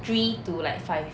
three to like five